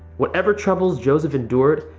whatever troubles joseph endured,